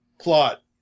plot